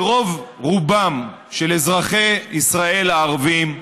שרוב-רובם של אזרחי ישראל הערבים,